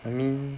I mean